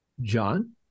John